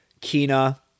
Kina